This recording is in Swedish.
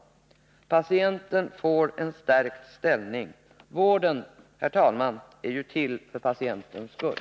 Patienten får en stärkt ställning — vården, herr talman, är ju till för patientens skull.